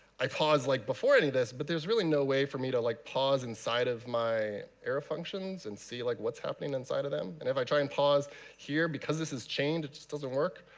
i pause like before adding this, but there's really no way for me to like pause inside of my error functions and see like what's happening inside of them. and if i try and pause here, because this is chained, it just doesn't work.